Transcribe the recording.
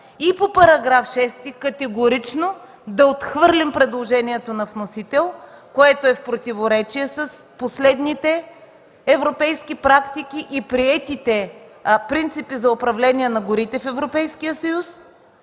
По § 6 – категорично да отхвърлим предложението на вносител, което е в противоречие с последните европейски практики и приетите принципи за управление на горите в Европейския съюз,